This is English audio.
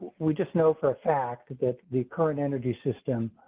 we just know for a fact that the current energy system.